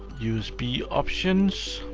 usb options.